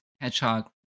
hedgehog